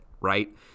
right